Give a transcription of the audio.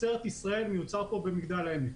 תוצרת ישראל, מיוצר כאן במגדל העמק.